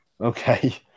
Okay